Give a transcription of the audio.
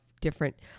different